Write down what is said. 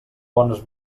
bones